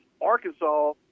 Arkansas